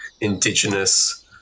indigenous